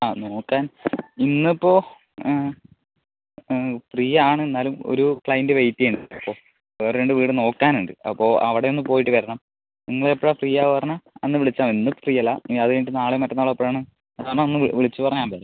ആ നോക്കാൻ ഇന്ന് ഇപ്പോൾ ഫ്രീ ആണ് എന്നാലും ഒരു ക്ലയിൻറ്റ് വെയിറ്റ് ചെയ്യണ് ഇപ്പോൾ വേറെ രണ്ട് വീടും നോക്കാൻ ഉണ്ട് അപ്പോൾ അവിട ഒന്ന് പോയിട്ട് വരണം നിങ്ങൾ എപ്പഴാ ഫ്രീയാ പറഞ്ഞാൽ അന്ന് വിളിച്ചാൽ മതി ഇന്ന് ഫ്രീ അല്ല ഇനി അത് കഴിഞ്ഞിട്ട് നാളെ മറ്റന്നാളോ എപ്പഴാണ് എന്നാൽ ഒന്ന് വിളിച്ച് പറഞ്ഞാൽ മതി